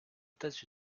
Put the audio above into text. états